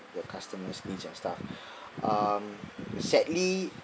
the customer's needs and stuff um sadly